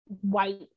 white